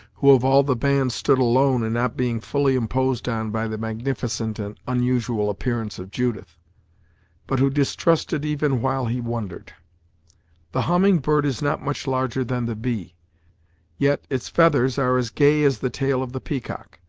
who of all the band stood alone in not being fully imposed on by the magnificent and unusual appearance of judith but who distrusted even while he wondered the humming bird is not much larger than the bee yet, its feathers are as gay as the tail of the peacock.